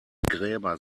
gräber